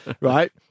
right